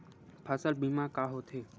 फसल बीमा का होथे?